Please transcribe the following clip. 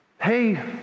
hey